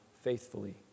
faithfully